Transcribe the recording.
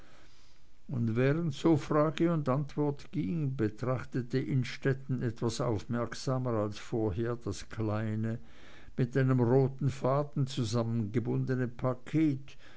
und während so frage und antwort ging betrachtete innstetten etwas aufmerksamer als vorher das kleine mit einem roten faden zusammengebundene paket